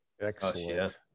Excellent